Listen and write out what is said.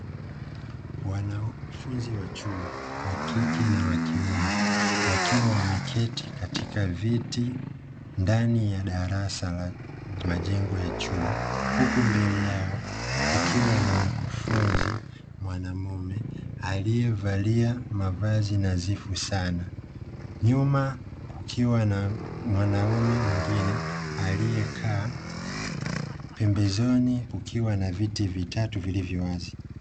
Wanafunzi wa chuo wa kike na wa kiume, wakiwa wameketi katika viti ndani ya darasa la majengo ya chuo, huku mbele yao kukiwa na mkufunzi mwanamume aliyevalia mavazi nadhifu sana, nyuma kukiwa na mwanaume mwengine aliyekaa, pembezoni kukiwa na viti vitatu vilivyo wazi.